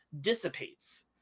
dissipates